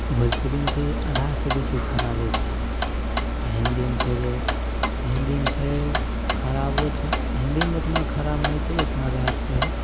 भोजपुरीमे छै जे आधा से बेसी खराबे छै आ हिन्दीमे छै जे हिन्दीमे छै खराबो छै आ हिन्दीमे ओतना खराब नहि छै जेतना रहऽ के चाही